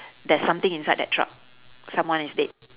there's something inside that truck someone is dead